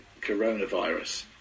coronavirus